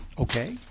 Okay